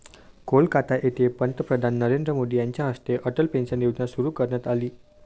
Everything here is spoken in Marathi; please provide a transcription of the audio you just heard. कोलकाता येथे पंतप्रधान नरेंद्र मोदी यांच्या हस्ते अटल पेन्शन योजना सुरू करण्यात आली